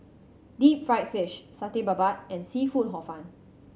deep fried fish Satay Babat and seafood Hor Fun